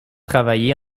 travaillé